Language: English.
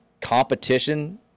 competition